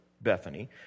Bethany